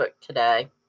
today